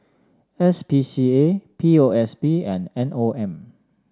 S P C A P O S B and M O M